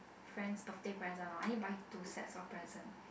friends birthday present hor I need to buy two sets of present